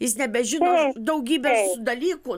jis nebežino daugybės dalykų